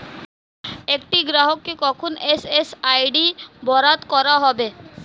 একটি গ্রাহককে কখন এম.এম.আই.ডি বরাদ্দ করা হবে?